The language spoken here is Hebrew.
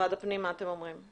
משרד הפנים, מה אתם אומרים?